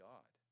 God